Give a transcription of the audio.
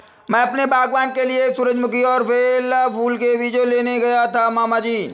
मैं अपने बागबान के लिए सूरजमुखी और बेला फूल के बीज लेने गया था मामा जी